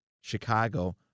Chicago